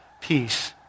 peace